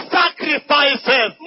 sacrifices